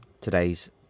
today's